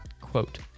Quote